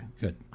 good